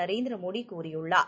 நரேந்திரமோடிகூறியுள்ளார்